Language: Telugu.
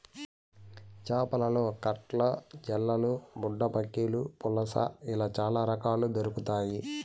చేపలలో కట్ల, జల్లలు, బుడ్డపక్కిలు, పులస ఇలా చాల రకాలు దొరకుతాయి